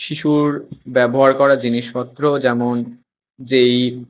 শিশুর ব্যবহার করা জিনিসপত্র যেমন যেই